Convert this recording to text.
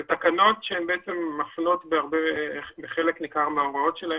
אלה תקנות שמפנות בחלק ניכר מההוראות שלהן